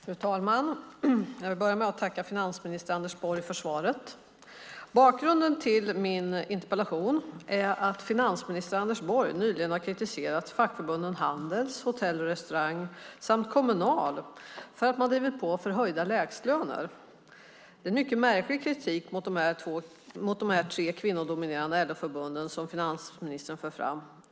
Fru talman! Jag vill börja med att tacka finansminister Anders Borg för svaret. Bakgrunden till min interpellation är att finansminister Anders Borg nyligen har kritiserat fackförbunden Handels, Hotell och Restaurang samt Kommunal för att man har drivit på för höjda lägstalöner. Det är en mycket märklig kritik mot de tre kvinnodominerade LO-förbunden som finansministern för fram.